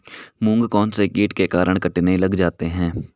मूंग कौनसे कीट के कारण कटने लग जाते हैं?